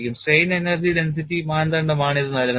strain energy density മാനദണ്ഡമാണ് ഇത് നൽകുന്നത്